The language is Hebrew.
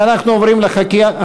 ואנחנו עוברים לחקיקה.